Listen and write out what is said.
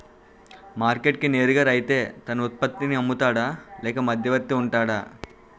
Market కి నేరుగా రైతే తన ఉత్పత్తి నీ అమ్ముతాడ లేక మధ్యవర్తి వుంటాడా?